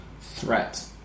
threat